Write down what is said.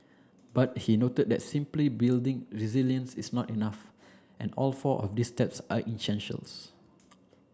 but he noted that simply building resilience is not enough and all four of these steps are essentials